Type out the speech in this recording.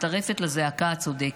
מצטרפת לזעקה הצודקת.